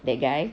that guy